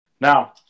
Now